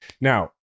Now